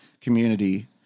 community